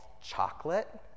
chocolate